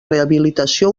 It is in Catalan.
rehabilitació